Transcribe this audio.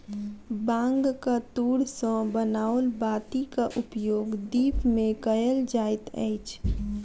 बांगक तूर सॅ बनाओल बातीक उपयोग दीप मे कयल जाइत अछि